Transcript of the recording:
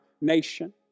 nation